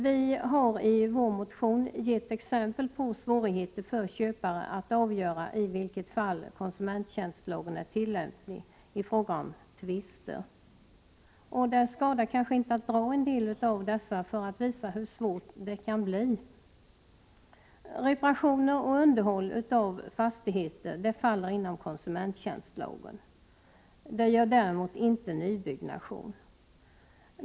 Vi har i vår motion gett exempel på svårigheter för köpare att avgöra i vilket fall konsumenttjänstlagen är tillämplig i fråga om tvister. Det skadar inte att dra en del av dessa exempel för att visa hur svårt det kan bli. Reparationer och underhåll av fastigheter faller inom konsumenttjänstlagen. Det gör däremot inte nybyggnation.